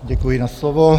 Děkuji za slovo.